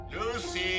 Lucy